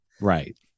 Right